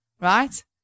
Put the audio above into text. right